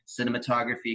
cinematography